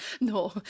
No